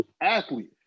athlete